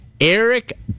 Eric